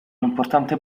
importante